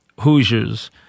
Hoosiers